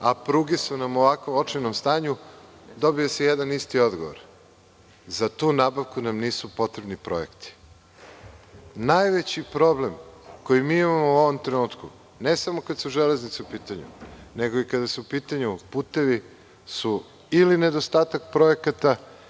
a pruge su nam u ovako očajnom stanju, dobija se jedan isti odgovor – za tu nabavku nam nisu potrebni projekti. Najveći problem koji imamo u ovom trenutku, ne samo kada su železnice u pitanju, nego i kada su u pitanju putevi, su ili nedostatak projekata